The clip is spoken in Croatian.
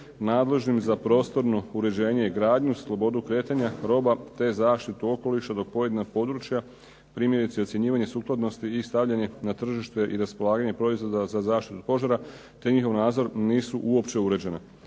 nadležnim za prostorno uređenje i gradnju, slobodu kretanja roba te zaštitu okoliša dok pojedina područja, primjerice ocjenjivanje sukladnosti i stavljanje na tržište i raspolaganje proizvodima za zaštitu požara te njihov nadzor nisu uopće uređene.